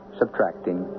subtracting